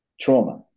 trauma